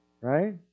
Right